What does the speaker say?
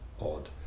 odd